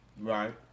Right